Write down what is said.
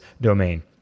domain